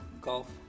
golf